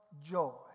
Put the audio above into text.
joy